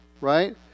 Right